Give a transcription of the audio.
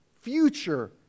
future